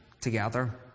together